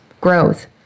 Growth